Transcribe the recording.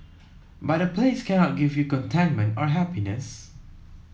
but a place cannot give you contentment or happiness